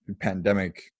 pandemic